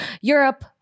Europe